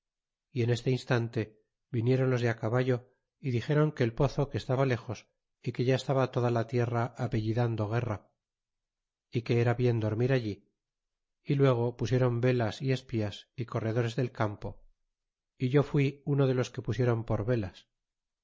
y en este instante vinieron los de á caballo é dixeron que el pozo que estaba lejos y que ya estaba toda la tierra apellidando guerra ó que era bien dormir allí y luego pusieron velas y espías y corredores del campo a yo fui uno de los que pusieron por velas